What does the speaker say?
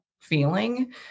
feeling